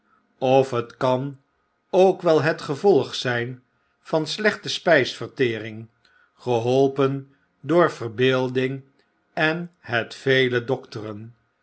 of het kan ook wel het gevolg zijn van slechte spijsvertering geholpen door verbeelding en het vele